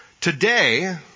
Today